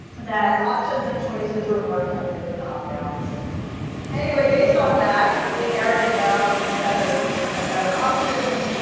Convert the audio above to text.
that options and choices were more effective than opt outs. and anyway, based on that, we narrowed down a set of kind of better options.